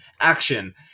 Action